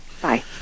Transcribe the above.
Bye